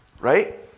right